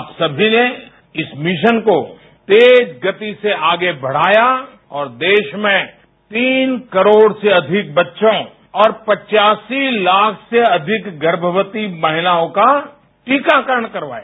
आप सभी ने मिशन को तेज गति से आगे बढ़ाया और देश में तीन करोड़ से अधिक बच्चों और पचासी लाख से अधिक गर्भवती महिलाओं का टीकाकरण करवाया